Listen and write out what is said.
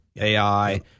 AI